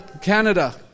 Canada